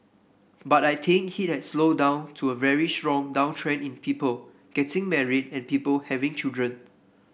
but I think hit has slowed down to a very strong downtrend in people getting married and people having children